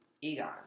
Egon